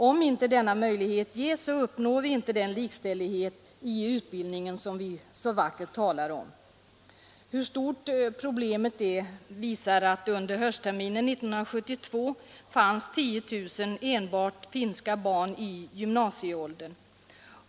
Om inte denna möjlighet ges uppnår vi inte den likställighet i utbildningen som vi så vackert talar om. Hur stort problemet är framgår av att under höstterminen 1972 fanns 10 000 enbart finska barn i gymnasieåldern.